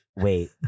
wait